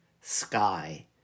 sky